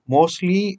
Mostly